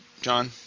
John